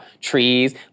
trees